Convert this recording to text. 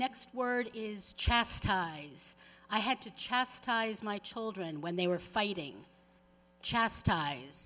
next word is chastise i had to chastise my children when they were fighting chastise